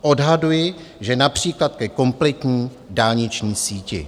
Odhaduji, že například ke kompletní dálniční síti.